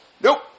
Nope